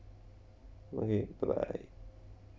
okay bye bye